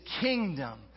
kingdom